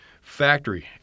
Factory